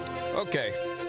Okay